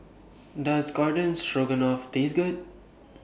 Does Garden Stroganoff Taste Good